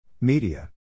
Media